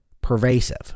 pervasive